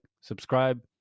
subscribe